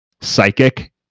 psychic